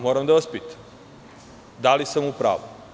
Moram da vas pitam da li sam u pravu.